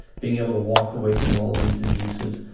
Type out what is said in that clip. being able to walk away from all these abuses,